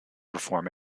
perform